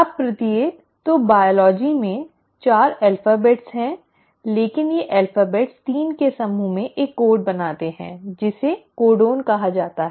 अब प्रत्येक तो जीव विज्ञान में 4 अक्षर हैं लेकिन ये अक्षर 3 के समूहों में एक कोड बनाते हैं जिसे कोडन"codon" कहा जाता है